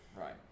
Right